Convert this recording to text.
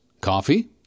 coffee